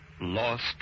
lost